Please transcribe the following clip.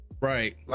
right